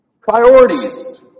Priorities